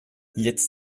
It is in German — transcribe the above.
jetzt